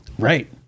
Right